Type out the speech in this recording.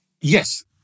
Yes